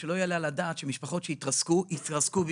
אמרנו שלא יעלה על הדעת שמשפחות שהתרסקו גם